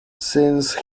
since